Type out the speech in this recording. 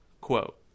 Quote